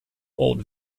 old